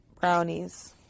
Brownies